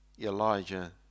Elijah